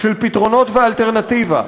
של פתרונות ואלטרנטיבה.